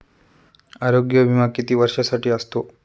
आरोग्य विमा किती वर्षांसाठी असतो?